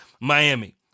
Miami